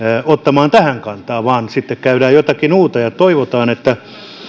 ottamaan tähän kantaa vaan sitten käydään jotakin muuta toivotaan että